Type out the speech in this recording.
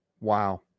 Wow